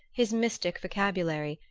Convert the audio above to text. his mystic vocabulary,